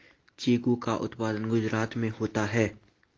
चीकू का उत्पादन गुजरात में होता है